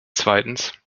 zweitens